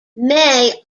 may